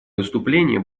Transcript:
выступления